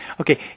Okay